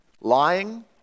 lying